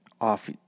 off